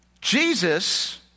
Jesus